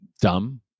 dumb